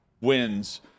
wins